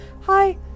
Hi